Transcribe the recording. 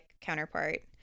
counterpart